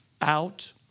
out